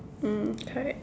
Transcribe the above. mm correct